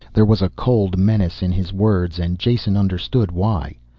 there was a cold menace in his words and jason understood why.